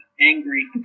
angry